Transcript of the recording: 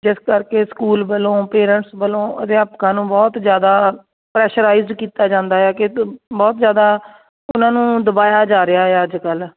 ਜਿਸ ਕਰਕੇ ਸਕੂਲ ਵੱਲੋਂ ਪੇਰੈਂਟਸ ਵੱਲੋਂ ਅਧਿਆਪਕਾਂ ਨੂੰ ਬਹੁਤ ਜ਼ਿਆਦਾ ਪ੍ਰੈਸ਼ਰਾਈਜ਼ ਕੀਤਾ ਜਾਂਦਾ ਹੈ ਕਿ ਬਹੁਤ ਜ਼ਿਆਦਾ ਉਹਨਾਂ ਨੂੰ ਦਬਾਇਆ ਜਾ ਰਿਹਾ ਹੈ ਅੱਜ ਕੱਲ੍ਹ